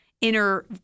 inner